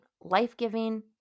life-giving